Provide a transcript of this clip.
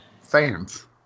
fans